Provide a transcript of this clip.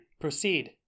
Proceed